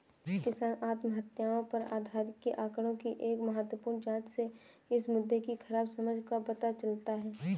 किसान आत्महत्याओं पर आधिकारिक आंकड़ों की एक महत्वपूर्ण जांच से इस मुद्दे की खराब समझ का पता चलता है